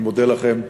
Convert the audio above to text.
אני מודה לכם.